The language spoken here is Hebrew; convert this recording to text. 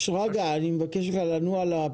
שרגא, תגיע ישר